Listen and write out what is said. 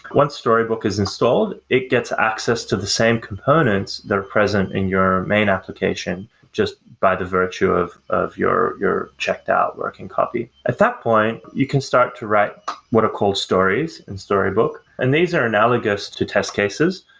once storybook is installed, it gets access to the same components that are present in your main application just by the virtue of of your your checked out working copy at that point, you can start to write what are called stories in storybook and these are analogous to test cases.